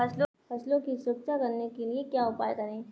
फसलों की सुरक्षा करने के लिए क्या उपाय करें?